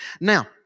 Now